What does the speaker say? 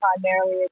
primarily